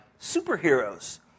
superheroes